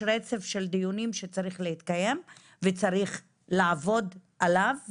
רצף דיונים שצריך להתקיים וצריך לעבוד עליו,